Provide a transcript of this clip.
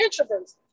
introverts